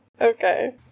Okay